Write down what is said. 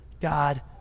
God